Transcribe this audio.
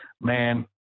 man